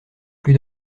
pas